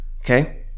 okay